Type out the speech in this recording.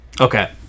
Okay